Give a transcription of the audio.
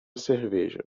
cerveja